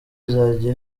izajya